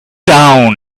down